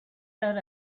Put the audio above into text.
that